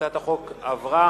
הצעת החוק עברה